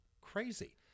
Crazy